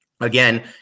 again